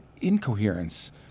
incoherence